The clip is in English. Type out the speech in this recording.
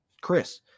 Chris